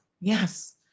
Yes